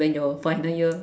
then your final year